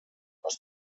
was